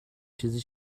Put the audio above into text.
چیزی